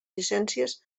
llicències